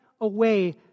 away